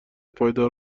پایدار